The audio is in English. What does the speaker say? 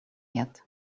yet